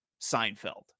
Seinfeld